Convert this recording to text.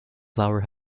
flour